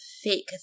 Fake